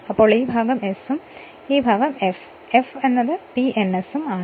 അതിനാൽ ഈ ഭാഗം s ഉം ഈ ഭാഗം f f P ns ഉം ആണ്